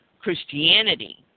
Christianity